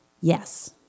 Yes